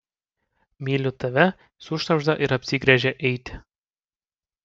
myliu tave sušnabžda ir apsigręžia eiti